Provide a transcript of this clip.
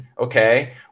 okay